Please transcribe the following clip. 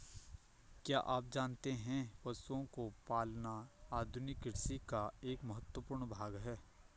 क्या आप जानते है पशुओं को पालना आधुनिक कृषि का एक महत्वपूर्ण भाग है?